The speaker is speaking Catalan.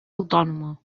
autònoma